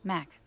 Mac